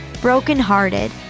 Brokenhearted